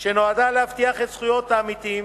שנועדה להבטיח את זכויות העמיתים,